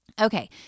Okay